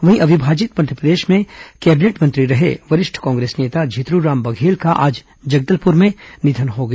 वहीं अविभाजित मध्यप्रदेश में कैबिनेट मंत्री रहे वरिष्ठ कांग्रेस नेता झितरूराम बघेल का आज जगदलपुर में निधन हो गया